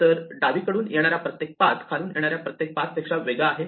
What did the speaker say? तर डावीकडून येणारा प्रत्येक पाथ खालून येणाऱ्या प्रत्येक पाथपेक्षा वेगळा आहे